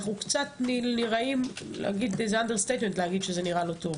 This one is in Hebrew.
אנחנו קצת נראים להגיד וזה אנדרסטייטמנט להגיד שזה נראה לא טוב,